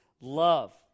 love